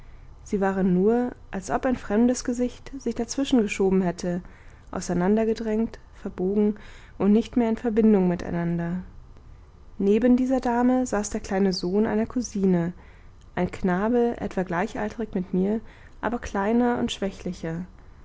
sie waren nur als ob ein fremdes gesicht sich dazwischen geschoben hätte auseinandergedrängt verbogen und nicht mehr in verbindung miteinander neben dieser dame saß der kleine sohn einer cousine ein knabe etwa gleichaltrig mit mir aber kleiner und schwächlicher